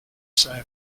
sigh